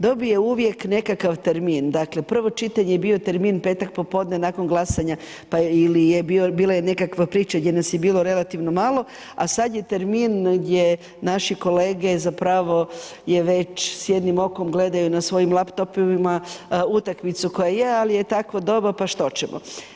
Dobije uvijek nekakav termin, dakle prvo čitanje je bio termin petak popodne nakon glasanja pa bila je nekakva priča gdje nas je bilo relativno malo a sad je termin gdje naši kolege zapravo je već s jednim okom gledaju nad svojim laptopima utakmicu koja je, ali je takvo doba, pa što ćemo.